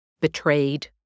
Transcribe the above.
betrayed